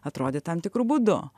atrodyt tam tikru būdu